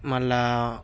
మళ్ళీ